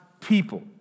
people